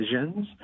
decisions